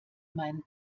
meinen